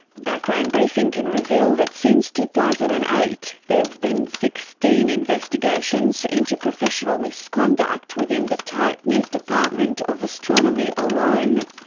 background briefing can reveal that since two thousand and eight there have been sixteen investigations into professional misconduct within the tightknit department of astronomy alone.